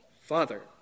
Father